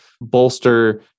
bolster